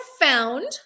found